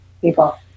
people